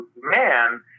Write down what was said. man